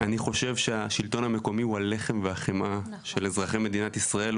אני חושב שהשלטון המקומי הוא הלחם והחמאה של אזרחי מדינת ישראל.